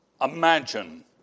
Imagine